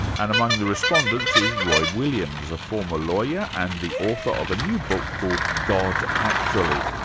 and among the respondents is roy williams, a former lawyer and the author of a new book called god, actually.